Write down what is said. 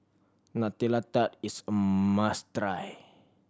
Nutella Tart is a must try